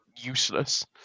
useless